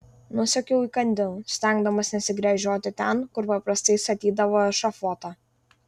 nusekiau įkandin stengdamasi nesigręžioti ten kur paprastai statydavo ešafotą